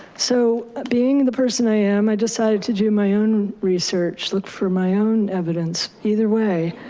so being the person i am, i decided to do my own research, look for my own evidence either way.